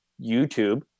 YouTube